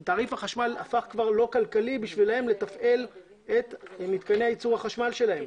כי תעריף החשמל הפך לא כלכלי כדי לתפעל את מתקני ייצור החשמל שלהם.